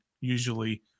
Usually